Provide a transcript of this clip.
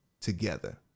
together